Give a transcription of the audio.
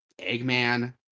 Eggman